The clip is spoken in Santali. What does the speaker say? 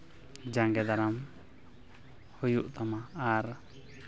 ᱡᱟᱸᱜᱮ ᱫᱟᱨᱟᱢ ᱦᱩᱭᱩᱜ ᱛᱟᱢᱟ ᱟᱨ